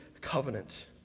covenant